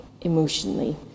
emotionally